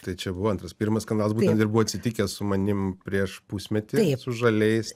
tai čia buvo antras pirmas skandalas būtent ir buvo atsitikę su manim prieš pusmetį su žaliais